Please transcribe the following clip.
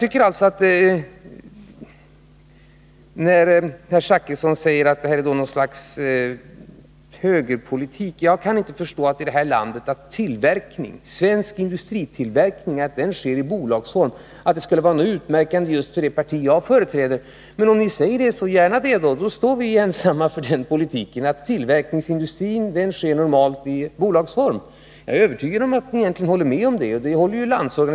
Bertil Zachrisson säger att detta är någon sorts högerpolitik. Jag kan inte förstå att bolagsformen för industritillverkning är något som speciellt det parti som jag företräder skulle förespråka. Men om ni säger det, så gärna det — då står vi ensamma för den uppfattningen att tillverkningsindustrin sker normalt i bolagsform. Jag är övertygad om att ni egentligen håller med om att bolagsformen är den normala.